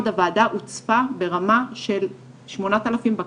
הוועדה הוצפה ברמה של 8,000 בקשות.